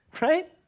right